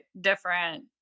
different